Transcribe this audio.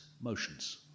motions